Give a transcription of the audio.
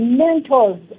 mentors